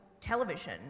television